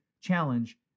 challenge